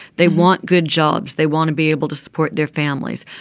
they want good jobs. they want to be able to support their families.